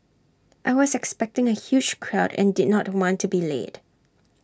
I was expecting A huge crowd and did not want to be too late